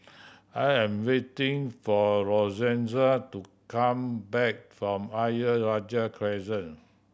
I am waiting for Lorenza to come back from Ayer Rajah Crescent